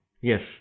Yes